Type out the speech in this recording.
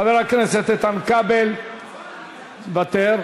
חבר הכנסת איתן כבל, מוותר.